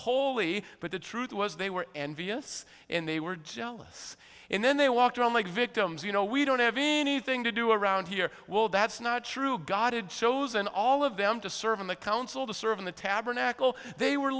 holy the the truth was they were envious and they were jealous and then they walked around like victims you know we don't have anything to do around here well that's not true god it shows in all of them to serve on the council to serve in the tabernacle they were